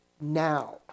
now